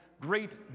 great